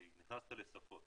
נכנסתי לשפות,